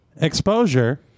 exposure